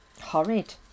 Horrid